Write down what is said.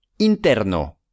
Interno